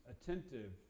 attentive